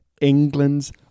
England's